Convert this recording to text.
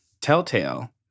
Telltale